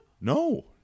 No